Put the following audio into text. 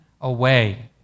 away